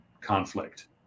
conflict